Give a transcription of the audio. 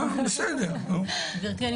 אבל גלי,